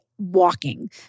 walking